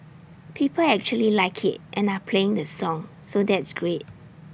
people actually like IT and are playing the song so that's great